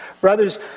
Brothers